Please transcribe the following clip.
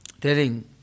telling